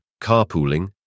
carpooling